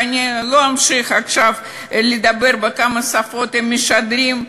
ואני לא אמשיך עכשיו לומר בכמה שפות הם משדרים,